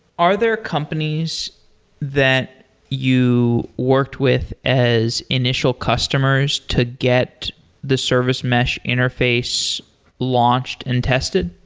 are there companies that you worked with as initial customers to get the service mesh interface launched and tested?